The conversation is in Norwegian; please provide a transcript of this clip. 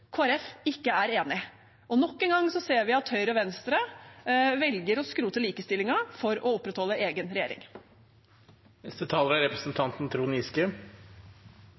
ikke er enig. Og nok en gang ser vi at Høyre og Venstre velger å skrote likestillingen for å opprettholde egen